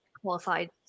qualified